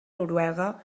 noruega